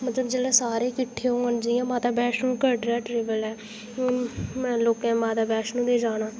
जेल्लै सारे किट्ठे औंगन जि'यां माता बैष्णों कटरा ट्रैवल ऐ हुन लोके माता बैष्णों बी जाना